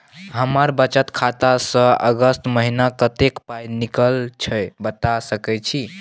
हमर बचत खाता स अगस्त महीना कत्ते पाई निकलल छै बता सके छि?